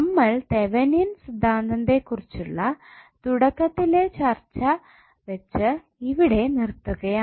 നമ്മൾ തെവെനിൻ സിദ്ധാന്തത്തെക്കുറിച്ചുള്ള തുടക്കത്തിലെ ചർച്ച വെച്ച് ഇവിടെ നിർത്തുകയാണ്